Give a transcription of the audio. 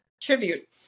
tribute